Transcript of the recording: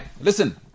listen